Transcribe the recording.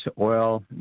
oil